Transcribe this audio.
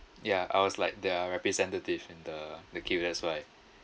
ya I was like their representative in the the queue that's why